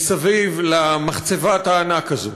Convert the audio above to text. מסביב למחצבת הענק הזאת.